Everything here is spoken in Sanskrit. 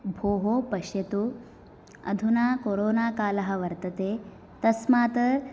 भोः पश्यतु अधुना कोरोना कालः वर्तते तस्मात्